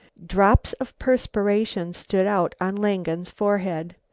drops of perspiration stood out on langen's forehead.